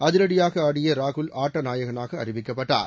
அதிரடியாக ஆடிய ராகுல் ஆட்ட நாயகனாக அறிவிக்கப்பட்டார்